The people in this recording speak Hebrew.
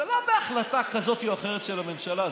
זה לא בהחלטה כזאת או אחרת של הממשלה.